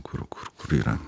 kur kur yra